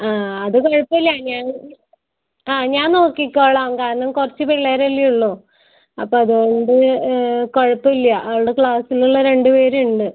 ആ അത് കുഴപ്പമില്ല ഞാൻ ആ ഞാൻ നോക്കിക്കോളാം കാരണം കുറച്ച് പിള്ളേർ അല്ലേ ഉള്ളൂ അപ്പം അതുകൊണ്ട് കുഴപ്പമില്ല ആളുടെ ക്ലാസിലുള്ള രണ്ട് പേർ ഉണ്ട്